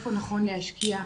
איפה נכון להשקיע,